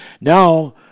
Now